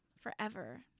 forever